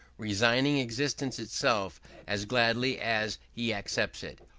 resigning existence itself as gladly as he accepts it,